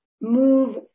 move